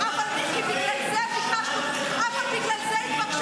הפוליטית, תצביעו בעדה.